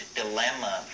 dilemma